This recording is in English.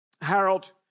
Harold